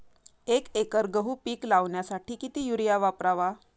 एक एकर गहू पीक लावण्यासाठी किती युरिया वापरावा?